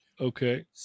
okay